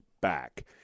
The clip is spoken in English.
back